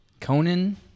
Conan